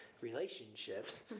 relationships